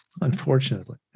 unfortunately